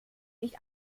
nicht